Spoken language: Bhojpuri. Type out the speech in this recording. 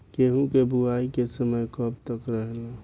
गेहूँ के बुवाई के समय कब तक रहेला?